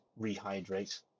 rehydrate